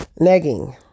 Negging